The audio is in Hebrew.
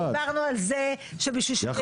דיברנו על זה שבשביל שזה ייקרה הוא לא השלים משפט,